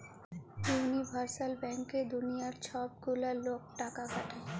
universal ব্যাংকে দুলিয়ার ছব গিলা লক টাকা খাটায়